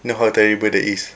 you know how terrible that is